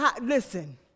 Listen